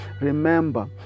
remember